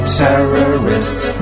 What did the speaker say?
terrorists